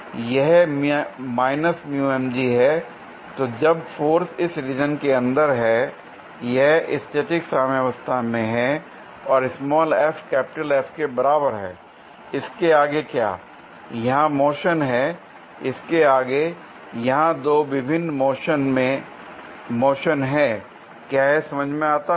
यह है l तो जब फोर्स इस रीजन के अंदर है यह स्टैटिक साम्यवस्था में है और स्मॉल f कैपिटल F के बराबर है l इसके आगे यहां मोशन है l इसके आगे यहां दो विभिन्न दिशाओं में मोशन हैं l क्या यह समझ में आता है